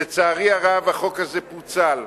לצערי הרב, החוק הזה פוצל,